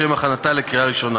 לשם הכנתה לקריאה ראשונה.